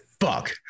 Fuck